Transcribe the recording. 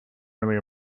early